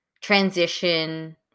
transition